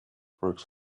works